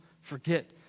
forget